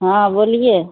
हाँ बोलिए